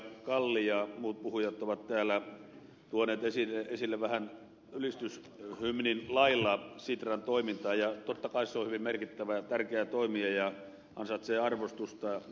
kalli ja muut puhujat ovat täällä tuoneet esille vähän ylistyshymnin lailla sitran toimintaa ja totta kai se on hyvin merkittävä ja tärkeä toimija ja ansaitsee arvostusta